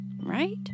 right